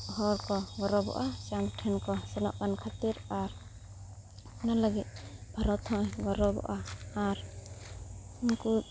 ᱦᱚᱲ ᱠᱚ ᱜᱚᱨᱚᱵᱚᱜᱼᱟ ᱪᱟᱸᱫᱽ ᱴᱷᱮᱱ ᱠᱚ ᱥᱮᱱᱚᱜ ᱠᱟᱱ ᱠᱷᱟᱹᱛᱤᱨ ᱟᱨ ᱚᱱᱟ ᱞᱟᱹᱜᱤᱫ ᱵᱷᱟᱨᱚᱛ ᱦᱚᱸᱭ ᱜᱚᱨᱚᱵᱚᱜᱼᱟ ᱟᱨ ᱩᱱᱠᱩ